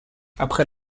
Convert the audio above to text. après